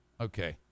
Okay